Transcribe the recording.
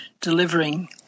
delivering